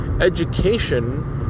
Education